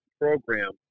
program